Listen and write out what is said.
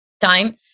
time